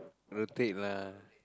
rotate lah